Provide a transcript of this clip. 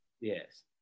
Yes